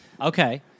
Okay